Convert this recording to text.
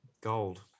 Gold